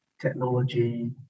technology